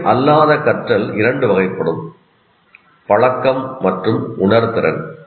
துணை அல்லாத கற்றல் இரண்டு வகைப்படும் பழக்கம் மற்றும் உணர்திறன்